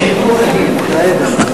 משלו בכנסת.